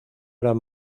eran